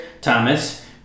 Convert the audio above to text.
Thomas